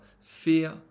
fear